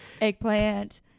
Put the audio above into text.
eggplant